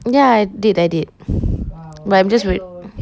ya I did I did but I'm just wait